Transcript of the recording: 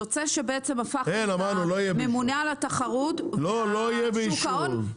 יוצא שבעצם הפכת את הממונה על התחרות ושוק ההון,